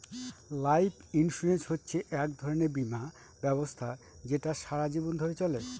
life insurance হচ্ছে এক ধরনের বীমা ব্যবস্থা যেটা সারা জীবন ধরে চলে